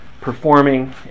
performing